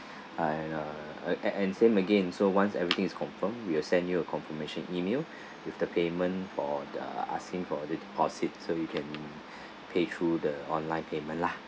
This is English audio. I uh a~ and and same again so once everything is confirmed we'll send you a confirmation email with the payment for the asking for deposit so you can pay through the online payment lah